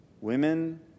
Women